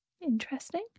interesting